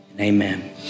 amen